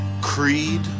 creed